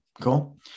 Cool